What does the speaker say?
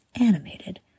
animated